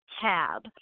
tab